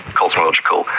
cosmological